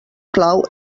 clau